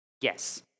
Yes